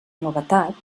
novetat